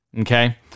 Okay